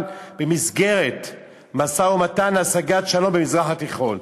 במסגרת משא-ומתן להשגת שלום במזרח התיכון.